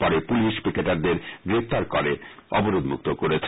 পরে পুলিশ পিকেটারদের গ্রেপ্তার করে অবরোধ মুক্ত করেছে